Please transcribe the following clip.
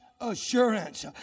assurance